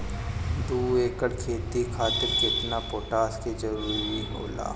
दु एकड़ खेती खातिर केतना पोटाश के जरूरी होला?